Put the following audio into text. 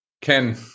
Ken